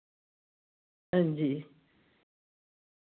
हां जी